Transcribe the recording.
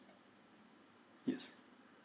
yes